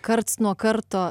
karts nuo karto